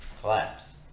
collapse